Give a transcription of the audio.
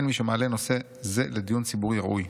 אין מי שמעלה נושא זה לדיון ציבורי ראוי.